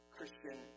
Christian